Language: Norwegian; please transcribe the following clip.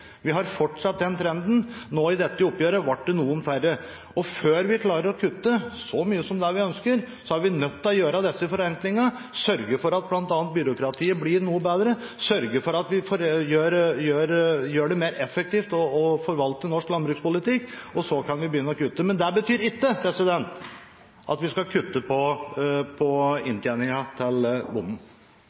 Vi har fortsatt den trenden. I årets oppgjør ble det noen færre. Og før vi klarer å kutte så mye som vi ønsker, er vi nødt til å gjøre disse forenklingene: sørge for at bl.a. byråkratiet blir noe bedre, sørge for at vi gjør det mer effektivt å forvalte norsk landbrukspolitikk. Så kan vi begynne å kutte. Men det betyr ikke at vi skal kutte i bondens inntjening. Framstegspartiet gjekk til val på